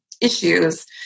issues